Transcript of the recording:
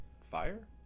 fire